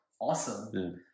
Awesome